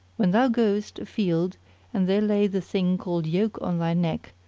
when thou goest a field and they lay the thing called yoke on thy neck,